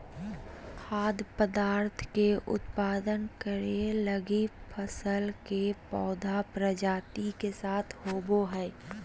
खाद्य पदार्थ के उत्पादन करैय लगी फसल के पौधा प्रजाति के साथ होबो हइ